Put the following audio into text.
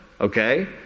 Okay